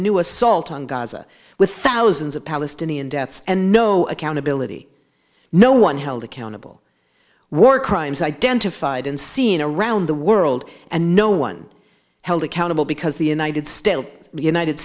assault on gaza with thousands of palestinian deaths and no accountability no one held accountable war crimes identified and seen around the world and no one held accountable because the united still the united